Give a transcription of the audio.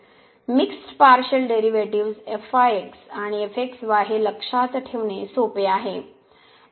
mixed partial derivatives आणि हे लक्षात ठेवणे सोपे आहे